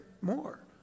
more